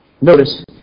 Notice